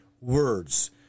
words